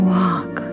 walk